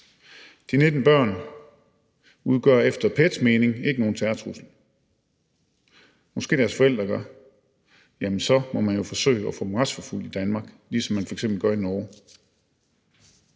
De 19 børn udgør efter PET's mening ikke nogen terrortrussel. Måske deres forældre gør. Jamen så må man jo forsøge at få dem retsforfulgt i Danmark, ligesom man f.eks. gør i Norge.